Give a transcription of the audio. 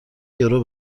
یورو